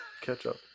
Ketchup